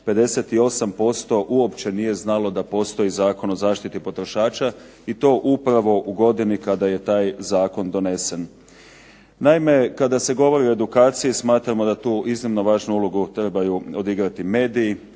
58% uopće nije znalo da postoji Zakon o zaštiti potrošača i to upravo u godini kada je taj zakon donesen. Naime, kada se govori o edukaciji smatramo da tu iznimno važnu ulogu trebaju odigrati mediji,